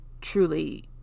truly